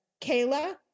Kayla